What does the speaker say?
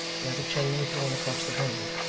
where the chain was drawn across the road,